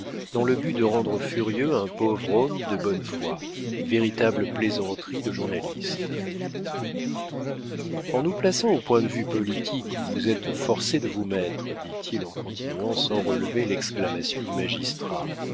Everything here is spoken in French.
dans le but de rendre furieux un pauvre homme de bonne foi véritable plaisanterie de journaliste en nous plaçant au point de vue politique où vous êtes forcé de vous mettre dit-il en continuant sans relever l'exclamation du magistrat